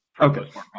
okay